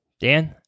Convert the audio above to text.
Dan